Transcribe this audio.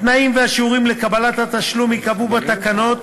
התנאים והשיעורים לקבלת התשלום ייקבעו בתקנות,